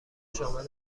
شامل